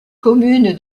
commune